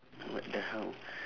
what the hell